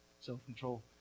self-control